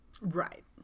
right